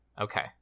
Okay